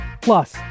Plus